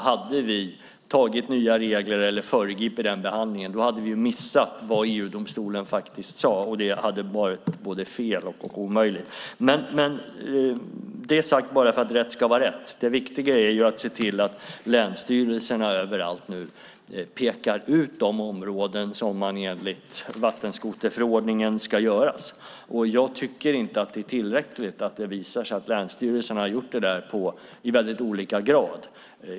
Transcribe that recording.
Hade vi antagit nya regler eller föregripit den behandlingen hade vi missat vad EU-domstolen sade, och det hade varit fel. Detta sagt bara för att rätt ska vara rätt. Det viktiga är att se till att länsstyrelserna överallt pekar ut de områden som de enligt vattenskoterförordningen ska göra. Jag tycker inte att det är tillräckligt, som det visar sig, att länsstyrelserna har gjort det i väldigt olika grad.